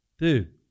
Dude